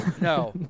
No